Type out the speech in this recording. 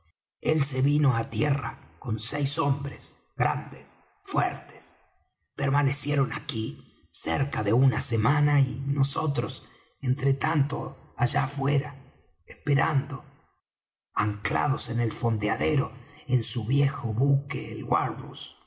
él se vino á tierra con seis hombres grandes fuertes permanecieron aquí cerca de una semana y nosotros entre tanto allá afuera esperando anclados en el fondeadero en su viejo buque el